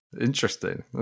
Interesting